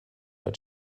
but